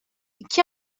iki